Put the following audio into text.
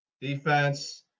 Defense